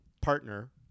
partner